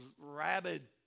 rabid